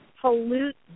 pollute